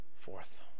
fourth